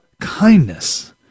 kindness